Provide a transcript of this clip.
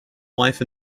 wife